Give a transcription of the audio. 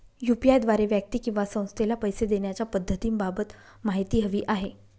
UPI द्वारे व्यक्ती किंवा संस्थेला पैसे देण्याच्या पद्धतींबाबत माहिती हवी आहे